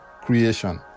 creation